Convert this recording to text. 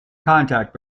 contact